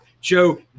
Joe